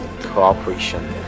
cooperation